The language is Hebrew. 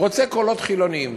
רוצה קולות חילוניים.